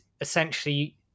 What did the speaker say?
essentially